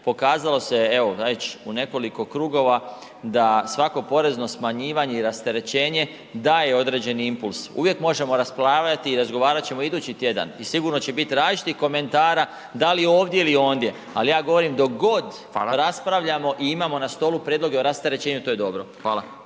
pokazalo se evo već u nekoliko krugova da svako porezno smanjivanje i rasterećenje daje određeni impuls. Uvijek možemo raspravljati i razgovarat ćemo idući tjedan i sigurno će biti različitih komentara da li ovdje ili ondje, ali ja govorim dok god raspravljamo i imamo na stolu prijedloge o rasterećenju to je dobro. Hvala.